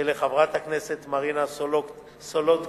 ולחברת הכנסת מרינה סולודקין